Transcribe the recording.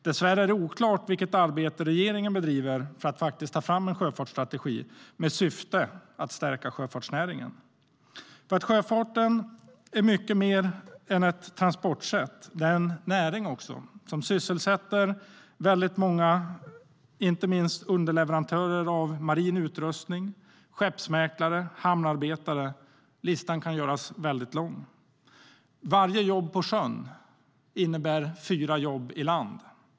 Dessvärre är det oklart vilket arbete regeringen bedriver för att faktiskt ta fram en sjöfartsstrategi med syfte att stärka sjöfartsnäringen. Sjöfarten är nämligen mycket mer än ett transportsätt. Den är också en näring, som sysselsätter många, inte minst underleverantörer av marin utrustning, skeppsmäklare och hamnarbetare. Listan kan göras lång. Varje jobb på sjön innebär fyra jobb i land.